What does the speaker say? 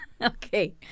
Okay